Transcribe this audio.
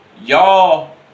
y'all